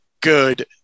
good